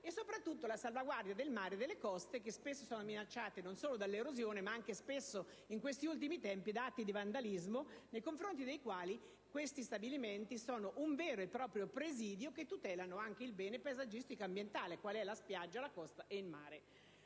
e soprattutto la salvaguardia del mare e delle coste, che spesso sono minacciate non solo dall'erosione ma, in questi ultimi tempi, anche da atti di vandalismo, nei confronti dei quali gli stabilimenti balneari sono un vero e proprio presidio in quanto tutelano anche il bene paesaggistico ambientale, in questo caso la spiaggia, la costa e il mare.